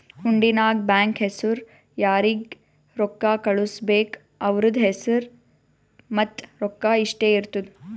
ಹುಂಡಿ ನಾಗ್ ಬ್ಯಾಂಕ್ ಹೆಸುರ್ ಯಾರಿಗ್ ರೊಕ್ಕಾ ಕಳ್ಸುಬೇಕ್ ಅವ್ರದ್ ಹೆಸುರ್ ಮತ್ತ ರೊಕ್ಕಾ ಇಷ್ಟೇ ಇರ್ತುದ್